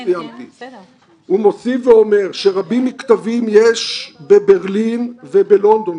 הוא מוסיף ואומר שרבים מהכתבים יש בברלין ובלונדון,